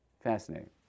Fascinating